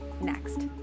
next